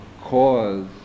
cause